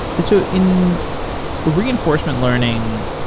so in reinforcement learning,